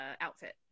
outfit